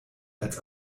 als